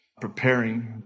preparing